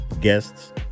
guests